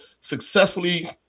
successfully